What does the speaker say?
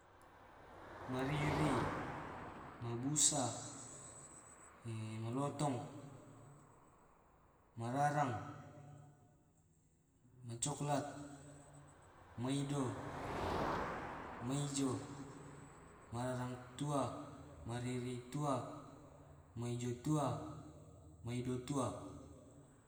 Mariri, mabusa, malotong, mararang, macoklat, maido, maijo, mararang tua, mariri tua, maijo tua, maido tua.